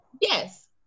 yes